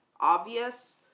obvious